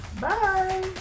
Bye